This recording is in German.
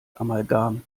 amalgam